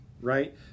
Right